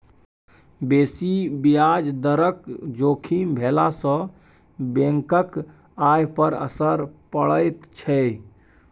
बेसी ब्याज दरक जोखिम भेलासँ बैंकक आय पर असर पड़ैत छै